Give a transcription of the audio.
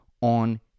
on